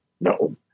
No